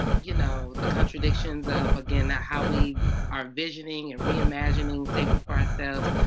ah you know the contradictions of, again, how we are visioning and reimagining safety for ourselves.